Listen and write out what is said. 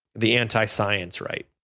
the anti-science right,